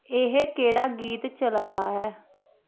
एह् केह्ड़ा गीत चला दा ऐ